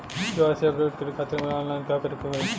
KYC update करे खातिर हमरा ऑनलाइन का करे के होई?